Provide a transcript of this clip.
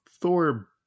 Thor